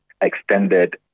extended